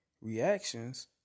reactions